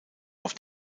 auf